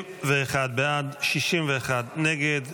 51 בעד, 61 נגד.